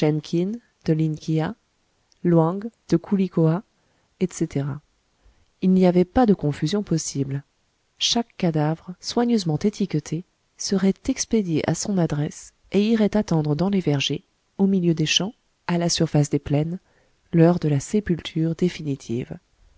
lin kia luang de ku li koa etc il n'y avait pas de confusion possible chaque cadavre soigneusement étiqueté serait expédié à son adresse et irait attendre dans les vergers au milieu des champs à la surface des plaines l'heure de la sépulture définitive